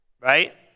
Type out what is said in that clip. Right